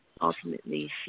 ultimately